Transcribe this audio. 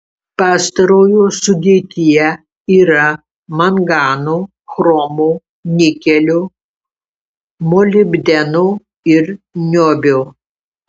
pastarojo sudėtyje yra mangano chromo nikelio molibdeno ir niobio